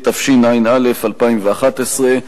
התשע"א 2011,